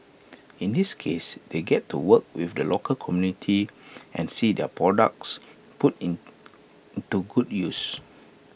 in this case they get to work with the local community and see their products put in into good use